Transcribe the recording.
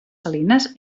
salines